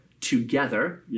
together